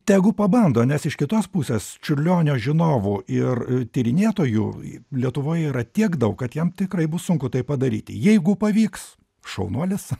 tegu pabando nes iš kitos pusės čiurlionio žinovų ir tyrinėtojų lietuvoje yra tiek daug kad jam tikrai bus sunku tai padaryti jeigu pavyks šaunuolis